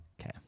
Okay